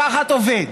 לקחת עובד,